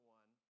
one